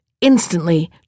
Instantly